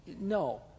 No